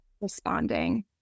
responding